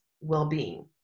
well-being